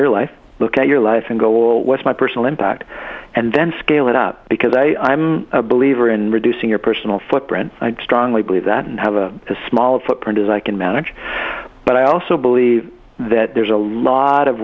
your life look at your life and goal was my personal impact and then scale it up because i am a believer in reducing your personal footprint i strongly believe that and have a smaller footprint as i can manage but i also believe that there's a lot of